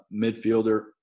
midfielder